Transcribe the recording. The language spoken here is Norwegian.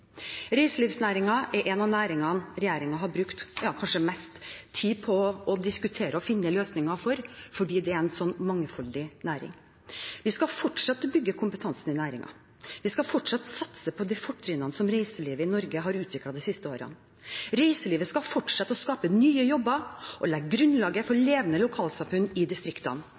er én av næringene regjeringen kanskje har brukt mest tid på å diskutere og finne løsninger for, fordi det er en så mangfoldig næring. Vi skal fortsette med å bygge kompetanse i næringen, vi skal fortsatt satse på de fortrinnene som reiselivet i Norge har utviklet de siste årene. Reiselivet skal fortsette å skape nye jobber og legge grunnlaget for levende lokalsamfunn i distriktene.